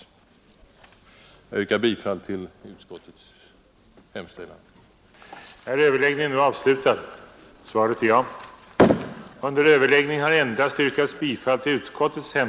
Jag ber att få yrka bifall till utskottets hemställan.